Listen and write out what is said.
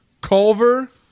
Culver